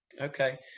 Okay